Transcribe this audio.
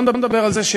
התשנ"ט 1998,